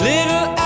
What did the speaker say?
Little